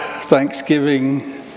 Thanksgiving